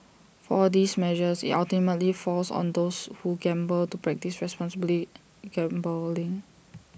for all these measures IT ultimately falls on those who gamble to practise responsibly gambling